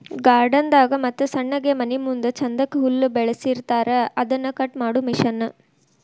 garden ದಾಗ ಮತ್ತ ಸಣ್ಣಗೆ ಮನಿಮುಂದ ಚಂದಕ್ಕ ಹುಲ್ಲ ಬೆಳಸಿರತಾರ ಅದನ್ನ ಕಟ್ ಮಾಡು ಮಿಷನ್